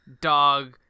Dog